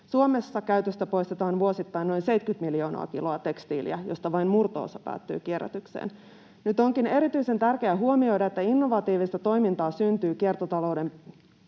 Suomessa käytöstä poistetaan vuosittain noin 70 miljoonaa kiloa tekstiiliä, josta vain murto-osa päätyy kierrätykseen. Nyt onkin erityisen tärkeää huomioida, että innovatiivista toimintaa syntyy kiertotalouden